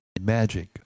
magic